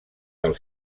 del